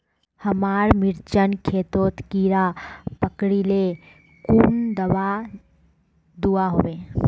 हमार मिर्चन खेतोत कीड़ा पकरिले कुन दाबा दुआहोबे?